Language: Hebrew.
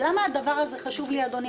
למה הדבר הזה חשוב לי, אדוני?